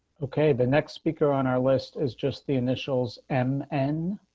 okay, the next speaker on our list is just the initials m n